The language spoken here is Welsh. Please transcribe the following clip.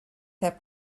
heb